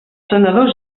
senadors